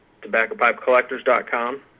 tobaccopipecollectors.com